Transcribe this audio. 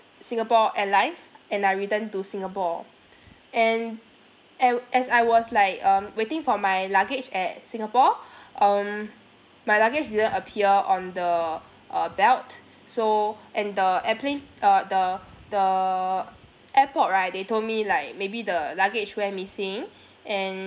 singapore airlines and I return to singapore and and as I was like um waiting for my luggage at singapore um my luggage didn't appear on the uh belt so and the airplane uh the the airport right they told me like maybe the luggage went missing and